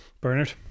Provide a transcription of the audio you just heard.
Bernard